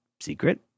secret